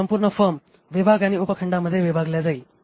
तर संपूर्ण फर्म विभाग आणि उपखंडांमध्ये विभागले जाईल